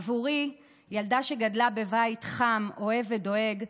עבורי, ילדה שגדלה בבית חם, אוהב ודואג,